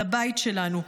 על הבית שלנו.